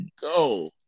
go